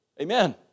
Amen